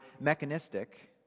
mechanistic